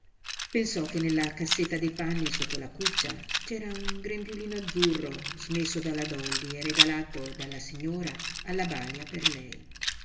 pensò che nella cassetta dei panni sotto la cuccia c'era un grembiulino azzurro smesso dalla dolly e regalato dalla signora alla bàlia per lei